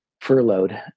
furloughed